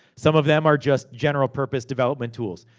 some of them are just general purpose development tools.